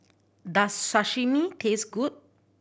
does Sashimi taste good